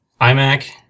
IMAC